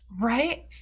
Right